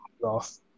Off